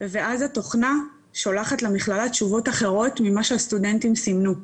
ואז התוכנה שולחת למכללה תשובות אחרות ממה שהסטודנטים סימנו.